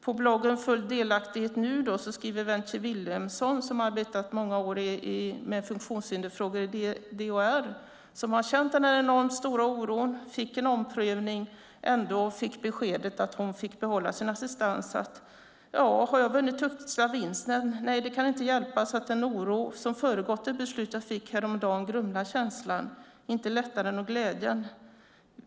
På bloggen fulldelaktighet.nu skriver Wenche Willumsen. Hon har arbetat i många år med funktionshinderfrågor i DHR och känt denna enormt stora oro inför sin omprövning. Hon fick beskedet att hon får behålla sin assistans. Hon skriver: "Detta är inte som att ha vunnit högsta vinsten - nej, det kan inte hjälpas att den oro som föregått det beslut jag fick häromdagen grumlar 'känslan' - inte lättnaden och glädjen.